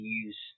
use